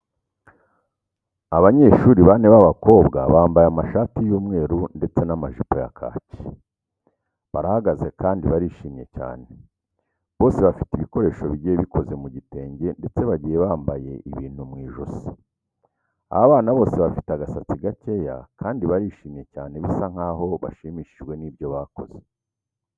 Abanyeshuri bane b'abakobwa bambaye amashati y'umweru ndetse n'amajipo ya kaki, barahagaze kandi barishimye cyane. Bose bafite ibikoresho bigiye bikoze mu gitenge ndetse bagiye bambaye ibintu mu ijosi. Aba bana bose bafite agasatsi gakeya kandi barishimye cyane bisa nkaho bashimishijwe n'ibyo bakoze.